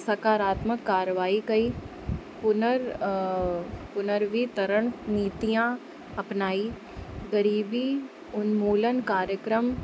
सकारात्मक कार्यवाही कई पुनर पुनर्वीतरण नीतियां अपनाई ग़रीबी उन्मूलनि कार्यक्रम